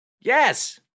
Yes